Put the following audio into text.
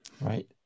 right